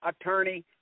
attorney